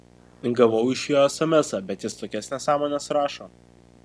gavau iš jo esemesą bet jis tokias nesąmones rašo